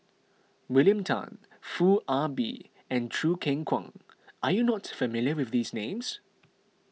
William Tan Foo Ah Bee and Choo Keng Kwang are you not familiar with these names